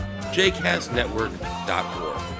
jcastnetwork.org